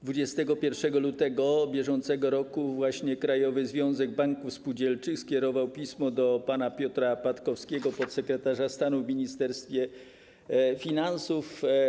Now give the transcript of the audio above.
21 lutego br. Krajowy Związek Banków Spółdzielczych skierował pismo do pana Piotra Patkowskiego, podsekretarza stanu w Ministerstwie Finansów.